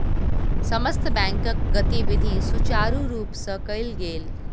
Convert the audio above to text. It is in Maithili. समस्त बैंकक गतिविधि सुचारु रूप सँ कयल गेल